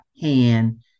hand